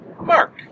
mark